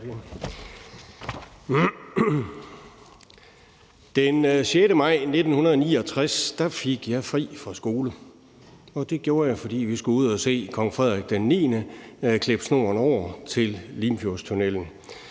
Den 6. maj 1969 fik jeg fri fra skole, og det gjorde jeg, fordi vi skulle ud og se Kong Frederik IX klippe snoren til Limfjordstunnellen